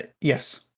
Yes